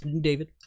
David